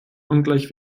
ungleich